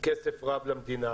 כסף רב למדינה.